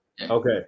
Okay